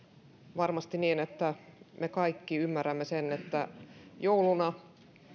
varmasti niin että me kaikki ymmärrämme sen että jouluna